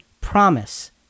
promise